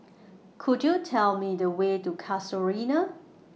Could YOU Tell Me The Way to Casuarina